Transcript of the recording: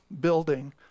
building